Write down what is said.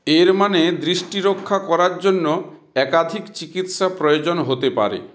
এর মানে দৃষ্টি রক্ষা করার জন্য একাধিক চিকিৎসা প্রয়োজন হতে পারে